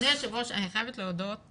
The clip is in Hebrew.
אני חייבת להודות